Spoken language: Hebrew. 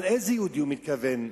לאיזה יהודי הוא מתכוון?